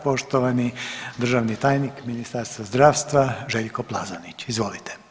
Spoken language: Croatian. Poštovani državni tajnik Ministarstva zdravstva, Željko Plazonić, izvolite.